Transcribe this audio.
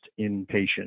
inpatient